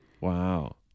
Wow